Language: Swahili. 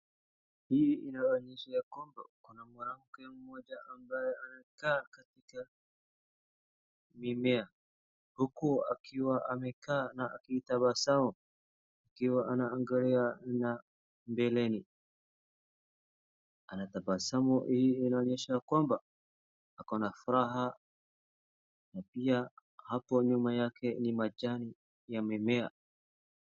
Hii inaonyesha ya kwamba kuna mwanamke mmoja ambaye anakaa katika mimea, huku hakiwa amekaa na akiitabasamu akiwa ameangalia na mbeleni. Anatabasamu hili linaonyesha ya kwamba ako na furaha na pia hapo nyuma yake ni majani ya mimea.